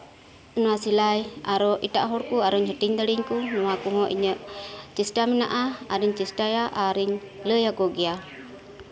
ᱱᱚᱶᱟ ᱥᱤᱞᱟᱹᱭ ᱟᱨᱚ ᱮᱴᱟᱜ ᱦᱚᱲ ᱠᱚ ᱟᱨᱚᱧ ᱦᱟᱹᱴᱤᱧ ᱫᱟᱲᱮ ᱟᱠᱚ ᱱᱚᱶᱟ ᱠᱚᱸᱦᱚ ᱤᱧᱟᱹᱜ ᱪᱮᱥᱴᱟ ᱢᱮᱱᱟᱜᱼᱟ ᱟᱨᱤᱧ ᱪᱮᱥᱴᱟᱭᱟ ᱟᱨᱤᱧ ᱞᱟᱹᱭ ᱟᱠᱚ ᱜᱮᱭᱟ